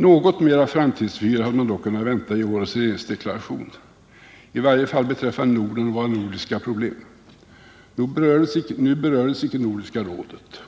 Något mer av framtidsvyer hade man dock kunnat vänta i årets regeringsdeklaration, i varje fall beträffande Norden och våra nordiska problem. Nu berördes inte Nordiska rådet